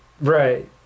Right